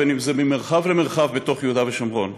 אם ממרחב למרחב בתוך יהודה ושומרון.